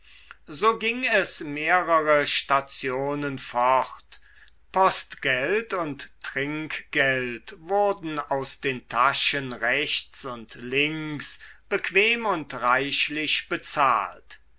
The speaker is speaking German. so ging es mehrere stationen fort postgeld und trinkgeld wurden aus den täschchen rechts und links bequem und reichlich bezahlt